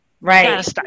Right